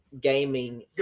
gaming